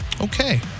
okay